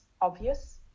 obvious